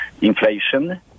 inflation